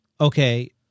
Okay